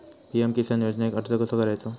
PM Kisan योजनेक अर्ज कसो करायचो?